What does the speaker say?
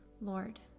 Lord